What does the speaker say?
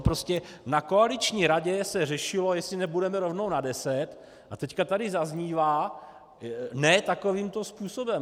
Prostě na koaliční radě se řešilo, jestli nepůjdeme rovnou na 10, a teď tady zaznívá ne takovýmto způsobem.